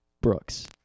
Brooks